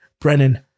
Brennan